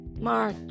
March